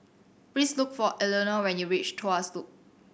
please look for Elenore when you reach Tuas Loop